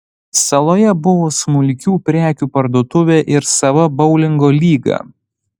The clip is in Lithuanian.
saloje buvo smulkių prekių parduotuvė ir sava boulingo lyga